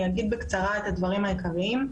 אני אגיד בקצרה את הדברים העיקריים.